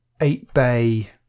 eight-bay